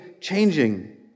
changing